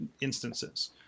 instances